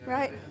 Right